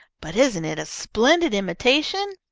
but isn't it a splendid imitation?